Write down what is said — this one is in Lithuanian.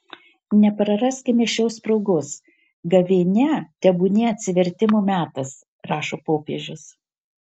nepraraskime šios progos gavėnia tebūnie atsivertimo metas rašo popiežius